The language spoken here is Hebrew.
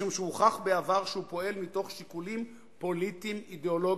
משום שהוכח בעבר שהוא פועל מתוך שיקולים פוליטיים אידיאולוגיים.